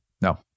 No